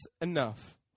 enough